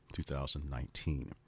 2019